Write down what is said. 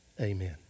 amen